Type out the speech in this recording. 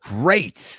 great